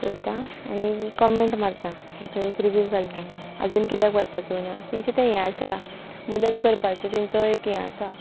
पयता आनी कमेंट मारता थंय एक रिव्यव घालता आजून कित्याक व्हरपाक येवनाा तेंचे तें हें आसा मदत करपाचो तेंचो एक हें आसा